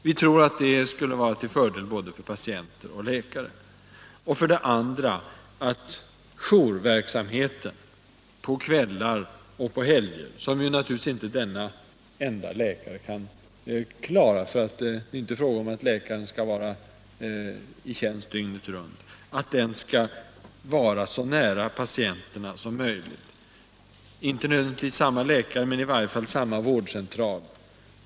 Vi tror att det skulle vara till fördel för både patienter och läkare. Likaså arbetar vi för att jourverksamheten på kvällar och helger — som naturligtvis denne ende läkare inte kan klara; det är ju inte fråga om att han skall vara i tjänst dygnet runt — skall vara så nära patienterna som möjligt. Den måste inte vara knuten till samme läkare men i varje fall till samma vårdcentral.